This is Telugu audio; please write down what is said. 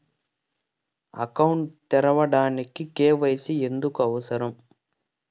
అకౌంట్ తెరవడానికి, కే.వై.సి ఎందుకు అవసరం?